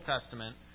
Testament